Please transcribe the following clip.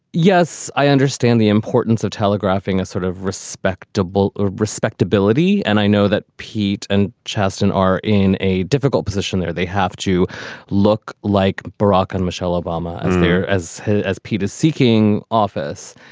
yes, i understand the importance of telegraphing a sort of respectable respectability. and i know that pete and cheston are in a difficult position there. they have to look like barack and michelle obama as their as as pitas seeking office.